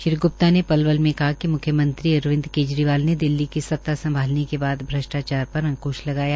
श्री ग्प्ता ने पलवल मे कहा कि म्ख्यमंत्री अरविंद केजरीवाल ने दिल्ली की सता संभालने के बाद भ्रष्टाचार पर अकंश लगाया